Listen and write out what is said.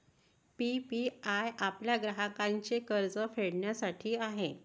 PPI आपल्या ग्राहकांचे कर्ज फेडण्यासाठी आहे